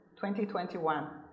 2021